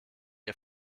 ihr